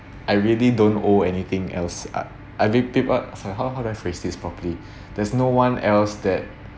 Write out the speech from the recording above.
I really don't owe anything else I I'll be how how do I phrase this properly there's no one else that